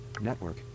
Network